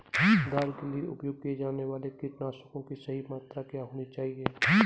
दाल के लिए उपयोग किए जाने वाले कीटनाशकों की सही मात्रा क्या होनी चाहिए?